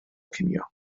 cinio